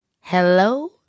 Hello